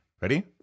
Ready